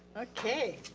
okay.